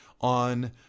on